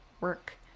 work